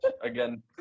again